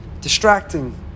distracting